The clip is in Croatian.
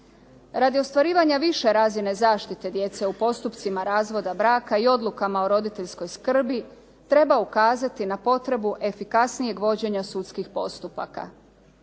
Radi ostvarivanja više razine zaštite djece u postupcima razvoda braka i odlukama o roditeljskoj skrbi, treba ukazati na potrebu efikasnijeg vođenja sudskih postupaka